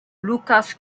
lukas